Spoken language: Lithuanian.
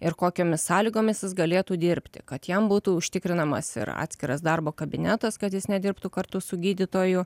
ir kokiomis sąlygomis jis galėtų dirbti kad jam būtų užtikrinamas ir atskiras darbo kabinetas kad jis nedirbtų kartu su gydytoju